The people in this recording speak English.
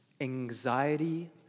anxiety